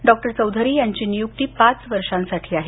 doctor Chaudhary यांची नियुक्ती पाच वर्षांसाठी आहे